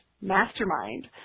mastermind